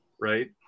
right